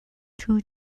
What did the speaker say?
two